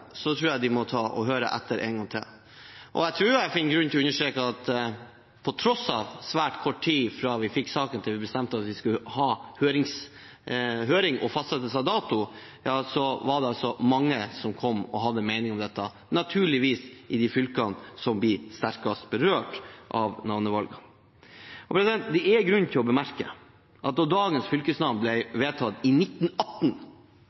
tror jeg de må høre etter en gang til. Jeg finner grunn til å understreke at på tross av svært kort tid fra vi fikk saken, til vi bestemte at vi skulle ha høring, og fastsettelse av dato, var det mange som kom og hadde meninger om dette, naturligvis i de fylkene som blir sterkest berørt av navnevalget. Det er grunn til å bemerke at da dagens fylkesnavn